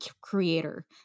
creator